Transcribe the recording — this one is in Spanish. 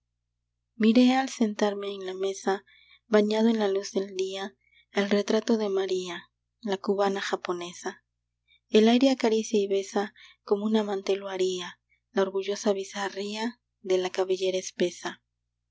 miré al sentarme a la mesa bañado en la luz del día el retrato de maría la cubana japonesa el aire acaricia y besa como un amante lo haría la orgullosa bizarría de la cabellera espesa